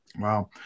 Wow